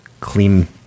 clean